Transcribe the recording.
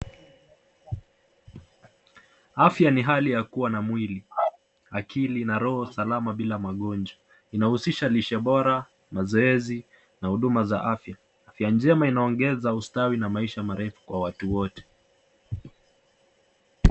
Afya ni hali ya kuwa na mwili, akili na roho salama bila magonjwa. Inahusisha lishe bora, mazoezi na huduma za afya. Afya njema inaongeza ustawi na maisha marefu kwa watu wote.